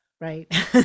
right